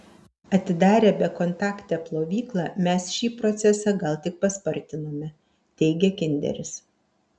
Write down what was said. atidarę bekontaktę plovyklą mes šį procesą gal tik paspartinome teigia kinderis